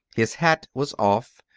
his hat was off.